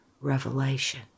revelation